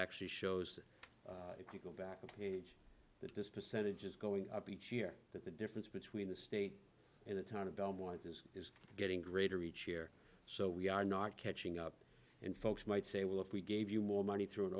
actually shows if you go back a page that this percentage is going up each year that the difference between the state and the town of belmont is is getting greater each year so we are not catching up and folks might say well if we gave you more money through an